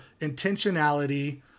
intentionality